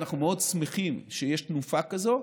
אנחנו מאוד שמחים שיש תנופה כזאת,